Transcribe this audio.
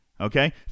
Okay